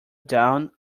down